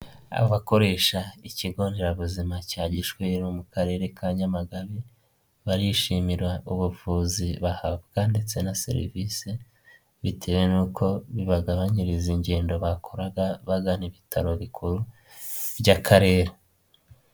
Abakoresha ikigo nderabuzima cya Gishweru mu Karere ka Nyamagabe barishimira ubuvuzi bahabwa, ndetse na serivisi bitewe n'uko bibagabanyiriza ingendo bakoraga bagana ibitaro bikuru by'Akarere.